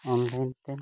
online ᱛᱮ